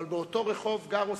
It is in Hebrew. אבל באותו רחוב גר אוסישקין,